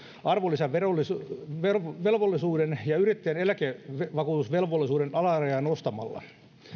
arvonlisäverovelvollisuuden ja yrittäjän eläkevakuutusvelvollisuuden alarajaa nostamalla